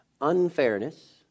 unfairness